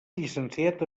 llicenciat